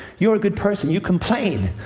you're a good person. you complain.